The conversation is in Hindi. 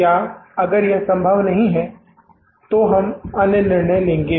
या अगर यह संभव नहीं है तो हम अन्य निर्णय लेंगे